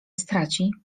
straci